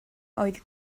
oedd